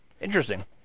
Interesting